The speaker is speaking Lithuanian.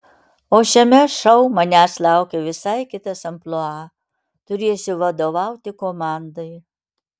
o šiame šou manęs laukia visai kitas amplua turėsiu vadovauti komandai